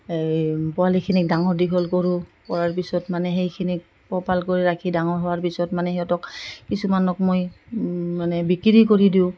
এই পোৱালিখিনিক ডাঙৰ দীঘল কৰোঁ কৰাৰ পিছত মানে সেইখিনিক পোহপাল কৰি ৰাখি ডাঙৰ হোৱাৰ পিছত মানে সিহঁতক কিছুমানক মই মানে বিক্ৰী কৰি দিওঁ